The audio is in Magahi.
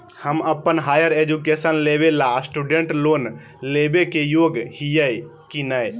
हम अप्पन हायर एजुकेशन लेबे ला स्टूडेंट लोन लेबे के योग्य हियै की नय?